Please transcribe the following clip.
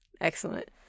Excellent